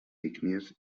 ígnies